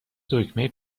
دکمه